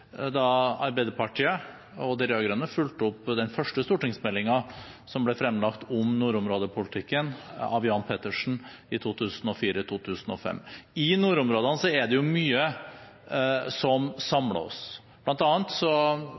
da Arbeiderpartiet og de rød-grønne fulgte opp den første stortingsmeldingen som ble fremlagt om nordområdepolitikken, av Jan Petersen i 2005. I nordområdene er det mye som